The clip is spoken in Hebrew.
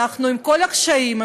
עם כל הקשיים,